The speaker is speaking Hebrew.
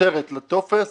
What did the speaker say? כותרת לטופס,